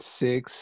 six